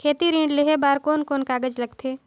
खेती ऋण लेहे बार कोन कोन कागज लगथे?